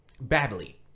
Badly